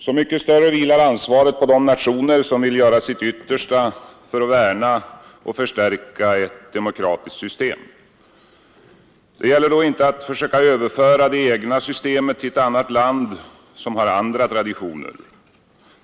Så mycket större vilar ansvaret på de nationer som vill göra sitt yttersta för att värna och förstärka ett demokratiskt system. Det gäller då inte att försöka överföra det egna systemet till ett annat land som har andra traditioner.